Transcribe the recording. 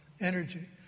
energy